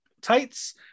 tights